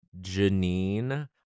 janine